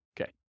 Okay